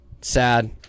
Sad